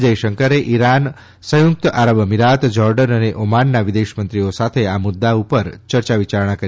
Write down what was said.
જયશંકરે ઈરાન સંયુક્ત આરબ અમીરાત જોર્ડન અને ઓમાનના વિદેશ મંત્રિયો સાથે આ મુદ્દે ઉપર ચર્યા વિચારણા કરી